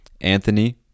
Anthony